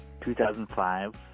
2005